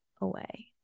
away